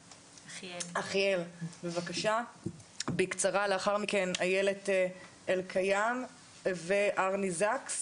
אחיאל, לאחר מכן אילת אלקיים וארני זקס.